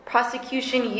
Prosecution